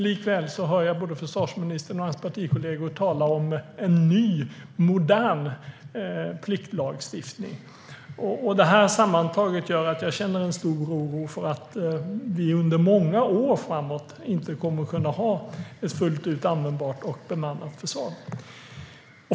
Likväl hör jag både försvarsministern och hans partikollegor tala om en ny, modern pliktlagstiftning. Detta sammantaget gör att jag känner en stor oro för att vi under många år framåt inte kommer att kunna ha ett fullt ut användbart och bemannat försvar.